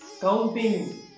counting